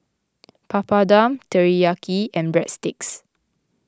Papadum Teriyaki and Breadsticks